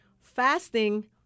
fasting